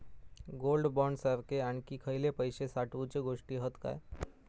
Gold bond सारखे आणखी खयले पैशे साठवूचे गोष्टी हत काय?